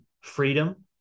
freedom